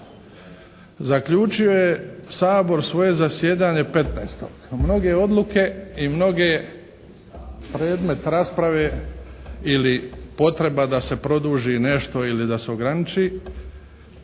Zaključio je Sabor svoje zasjedanje 15. Mnoge odluke i mnoge predmet rasprave ili potreba da se produži nešto ili da se ograniči